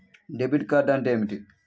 Debit card అంటే ఏమిటి?